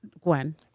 Gwen